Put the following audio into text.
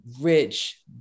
rich